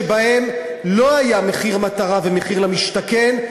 שבהן לא היה מחיר מטרה ומחיר למשתכן,